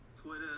Twitter